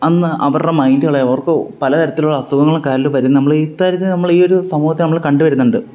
അന്ന് അവരുടെ മൈൻറ്റുകളെ അവർക്ക് പല തരത്തിലുള്ള അസുഖങ്ങളും കാര്യങ്ങളും വരും നമ്മള് ഇത്തരത്തിൽ നമ്മൾ ഈ ഒരു സമൂഹത്തിൽ നമ്മള് കണ്ട് വരുന്നുണ്ട്